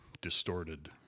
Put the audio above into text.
distorted